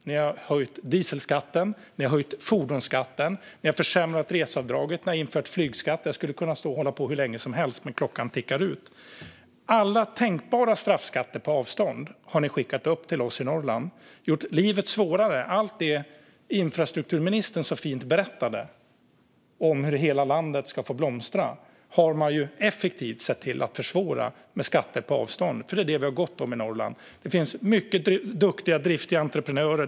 Ni har höjt dieselskatten. Ni har höjt fordonsskatten. Ni har försämrat reseavdraget. Ni har infört flygskatt. Jag skulle kunna stå här och hålla på hur länge som helst, men klockan tickar ned. Ni har skickat upp alla tänkbara skatter på avstånd upp till oss i Norrland. Ni har gjort livet svårare. Allt det som infrastrukturministern så fint berättade om som ska göra att hela landet ska få blomstra har man effektivt sett till att försvåra med skatter på avstånd. Det är vad vi har gott om i Norrland. Det finns många duktiga och driftiga entreprenörer.